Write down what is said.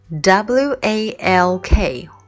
W-A-L-K